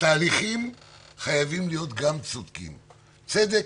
מהעיניים לאו דווקא של זה שצמח בתוך המערכת,